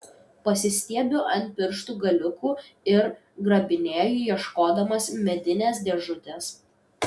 pasistiebiu ant pirštų galiukų ir grabinėju ieškodamas medinės dėžutės